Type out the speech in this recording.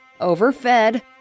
overfed